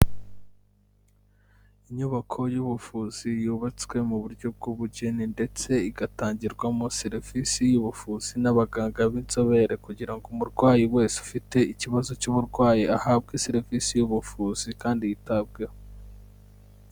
Inyubako y'ubuvuzi yubatswe mu buryo bw'ubugeni ndetse igatangirwamo serivisi y'ubuvuzi n'abaganga b'inzobere kugira ngo umurwayi wese ufite ikibazo cy'uburwayi ahabwe serivisi y'ubuvuzi kandi yitabweho.